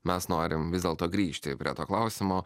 mes norim vis dėlto grįžti prie to klausimo